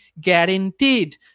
guaranteed